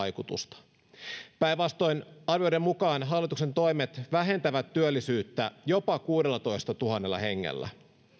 vaikutusta päinvastoin arvioiden mukaan hallituksen toimet vähentävät työllisyyttä jopa kuudellatoistatuhannella hengellä